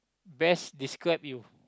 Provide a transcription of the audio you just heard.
best describe you